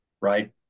right